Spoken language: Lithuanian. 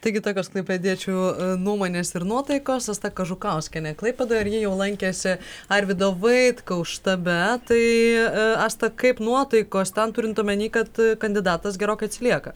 taigi tokios klaipėdiečių nuomonės ir nuotaikos asta kažukauskienė klaipėdoje ir ji jau lankėsi arvydo vaitkaus štabe tai asta kaip nuotaikos ten turint omeny kad kandidatas gerokai atsilieka